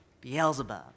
Beelzebub